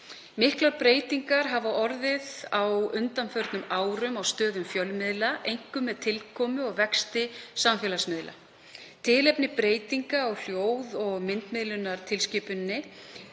Miklar breytingar hafa orðið á undanförnum árum á stöðu fjölmiðla, einkum með tilkomu og vexti samfélagsmiðla. Tilefni breytinga á hljóð- og myndmiðlunartilskipuninni